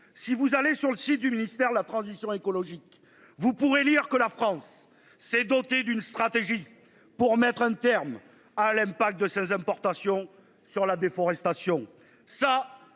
Si vous allez sur le site du ministère de la transition écologique. Vous pourrez lire que la France s'est dotée d'une stratégie pour mettre un terme à l'impact de ces importations sur la déforestation,